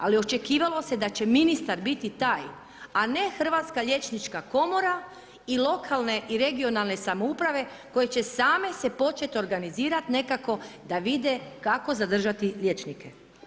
Ali očekivalo se da će ministar biti taj a ne Hrvatska liječnička komora i lokalne i regionalne samouprave koje će same se početo organizirati nekako da vide kako zadržati liječnike.